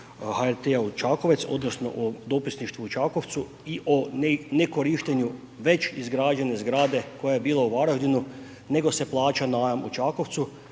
HRT-a u Čakovec odnosno o dopisništvu u Čakovcu i o nekorištenju već izgrađene zgrade koja je bila u Varaždinu, nego se plaća najam u Čakovcu.